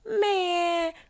Man